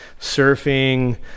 surfing